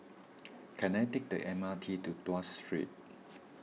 can I take the M R T to Tuas Street